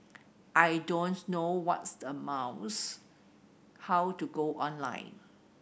I don't know what's a mouse how to go online